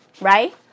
right